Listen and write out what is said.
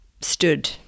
stood